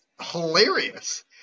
hilarious